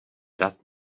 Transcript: dat